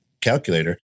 calculator